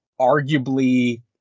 arguably